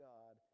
God